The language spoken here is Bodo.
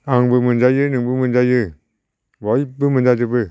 आंबो मोनजायो नोंबो मोनजायो बयबो मोनजाजोबो